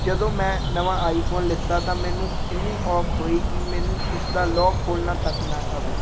ਜਦੋਂ ਮੈਂ ਨਵਾਂ ਆਈਫੋਨ ਲਿਆ ਤਾਂ ਮੈਨੂੰ ਇੰਨੀ ਔਖ ਹੋਈ ਕਿ ਮੈਨੂੰ ਉਸਦਾ ਲੋਕ ਖੋਲ੍ਹਣਾ ਤੱਕ ਨਾ ਆਵੇ